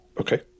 Okay